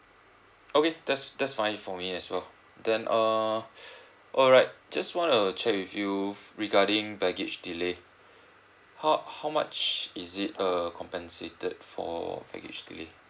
okay that's that's fine for me as well then err alright just want to check with you regarding baggage delay how how much is it err compensated for baggage delay